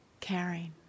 caring